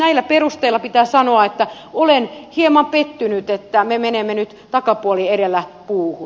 näillä perusteilla pitää sanoa että olen hieman pettynyt että me menemme nyt takapuoli edellä puuhun